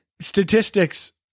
Statistics